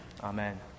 Amen